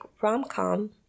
rom-com